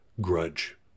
grudge